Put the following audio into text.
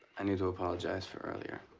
i need to apologize for earlier.